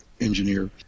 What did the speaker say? engineer